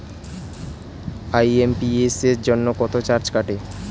IMPS জন্য কত charge কাটে?